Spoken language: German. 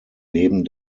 leben